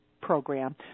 Program